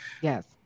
Yes